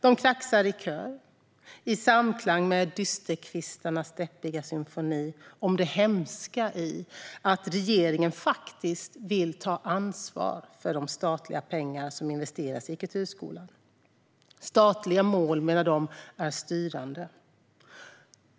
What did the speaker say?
De kraxar i kör, i samklang med dysterkvistarnas deppiga symfoni, om det hemska i att regeringen faktiskt vill ta ansvar för de statliga pengar som investeras i kulturskolan. Statliga mål, menar de, är styrande.